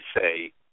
say